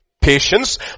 patience